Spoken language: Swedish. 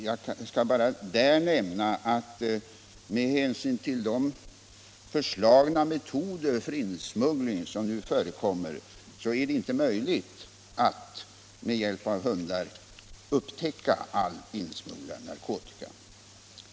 Jag skall bara därvidlag nämna att på grund av de förslagna metoder för insmuggling som nu förekommer är det inte möjligt att med hjälp av hundar upptäcka all insmugglad narkotika.